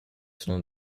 sono